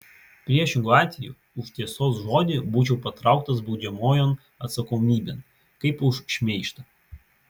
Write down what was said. priešingu atveju už tiesos žodį būčiau patrauktas baudžiamojon atsakomybėn kaip už šmeižtą